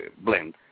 blend